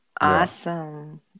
Awesome